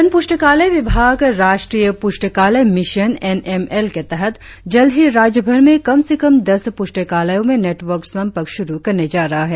जन प्रस्तकालय विभाग राष्ट्रिय प्रस्तकालय मिशन एन एम एल के तहत जल्द ही राज्यभर में कम से कम दस पुस्तकालयों में नेटवर्क संपर्क शुरु करने जा रहा है